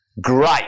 Great